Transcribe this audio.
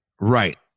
Right